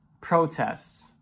protests